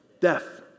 Death